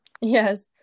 yes